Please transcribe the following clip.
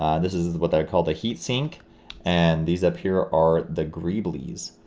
um this is what they call the heat sync and these up here are the greeblies,